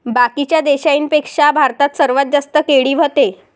बाकीच्या देशाइंपेक्षा भारतात सर्वात जास्त केळी व्हते